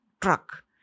truck